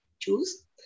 choose